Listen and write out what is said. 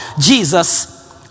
Jesus